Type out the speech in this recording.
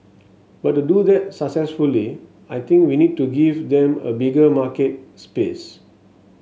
but to do that successfully I think we need to give them a bigger market space